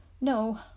No